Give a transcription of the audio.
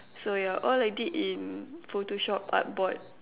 so yeah all I did in photoshop art board